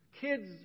Kids